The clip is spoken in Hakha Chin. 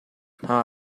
hna